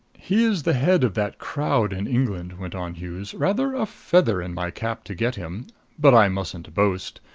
he is the head of that crowd in england, went on hughes. rather a feather in my cap to get him but i mustn't boast.